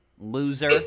loser